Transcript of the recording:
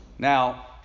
Now